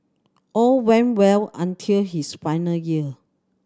all went well until his final year